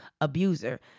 abuser